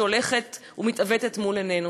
שהולכת ומתעוותת מול עינינו.